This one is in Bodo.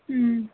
उम